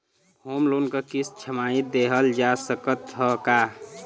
Home loan क किस्त छमाही देहल जा सकत ह का?